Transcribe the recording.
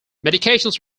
medications